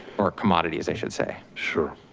or commodities, i should say, sure,